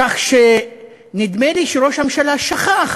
כך שנדמה לי שראש הממשלה שכח